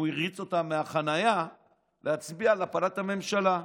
הוא הריץ אותה מהחניה להצביע על הפלת הממשלה.